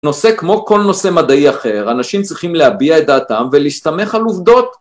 נושא כמו כל נושא מדעי אחר, אנשים צריכים להביע את דעתם ולהסתמך על עובדות